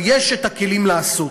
אבל יש את הכלים לעשות.